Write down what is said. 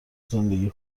زندگی